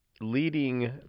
leading